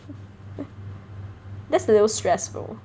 that's a little stressful